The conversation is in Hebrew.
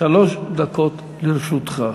שלוש דקות לרשותך.